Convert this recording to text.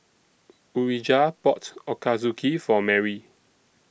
Urijah bought Ochazuke For Mary